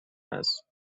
است